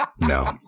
No